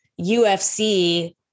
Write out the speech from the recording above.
UFC